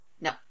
No